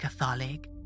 Catholic